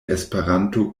esperanto